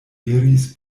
iris